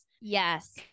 yes